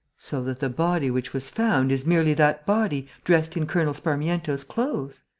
so that the body which was found is merely that body, dressed in colonel sparmiento's clothes.